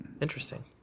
interesting